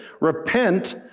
Repent